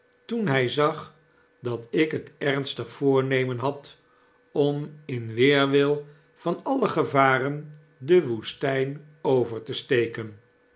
toen hy zag dat ik het ernstig voornemen had om in weerwil van alle gevaren de woestijn over te steken